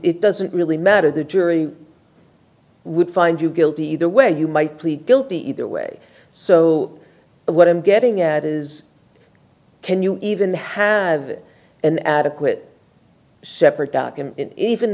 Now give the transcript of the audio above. doesn't really matter the jury would find you guilty either way you might plead guilty either way so what i'm getting at is can you even have an adequate separate even